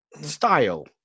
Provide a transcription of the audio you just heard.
style